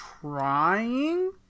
trying